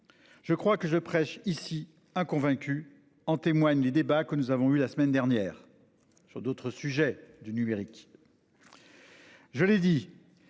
Je crois que je prêche ici hein. Convaincu en témoignent les débats que nous avons eu la semaine dernière sur d'autres sujets du numérique.